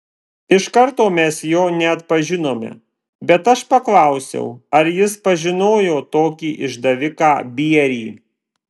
iš karto mes jo neatpažinome bet aš paklausiau ar jis pažinojo tokį išdaviką bierį